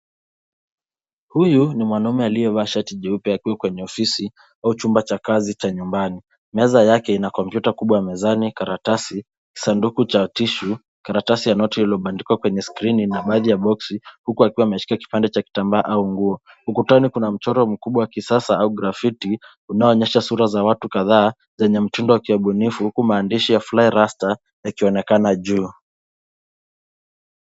Huyu ni mwanaume aliyevaa shati jeupe akiwa kwenye ofisi au chumba cha kazi cha nyumbani. Meza yake ina kompyuta kubwa mezani, karatasi, sanduku ya shashi, karatasi ya noti iliyobandikwa kwenye skrini na baji ya boksi huku akiwa ameshika kipande cha kitambaa au nguo. Ukutani kuna mchoro mkubwa wa kisasa au grafiti unaoonesha sura za watu kadhaa zenye mtindo wa kiubunifu huku maandishi ya fly rasta yakionekana juu.